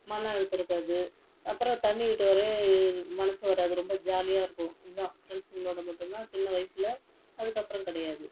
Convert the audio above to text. மனஅழுத்தம் இருக்காது அப்புறம் தண்ணி விட்டு வரவே மனசு வராது ரொம்ப ஜாலியாக இருக்கும் இதுதான் ஃப்ரெண்ட்ஸுங்களோட மட்டும் தான் சின்ன வயசில் அதுக்கப்பறம் கிடையாது